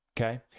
okay